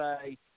say